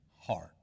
heart